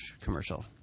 commercial